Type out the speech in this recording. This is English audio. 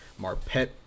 Marpet